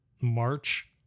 March